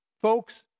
Folks